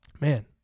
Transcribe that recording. Man